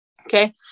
Okay